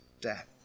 death